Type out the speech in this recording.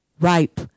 ripe